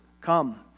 Come